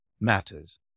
matters